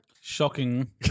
Shocking